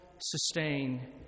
sustain